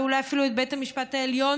ואולי אפילו את בית המשפט העליון,